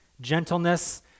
gentleness